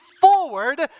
forward